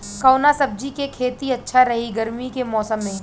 कवना सब्जी के खेती अच्छा रही गर्मी के मौसम में?